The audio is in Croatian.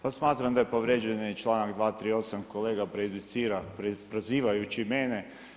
Pa smatram da je povrijeđen i članak 238., kolega prejudicira, prozivajući mene.